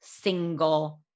single